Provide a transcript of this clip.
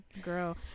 Girl